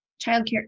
childcare